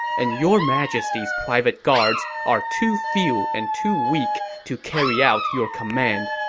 and your majesty's private guards are too few and too weak to carry out your command.